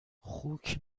خوک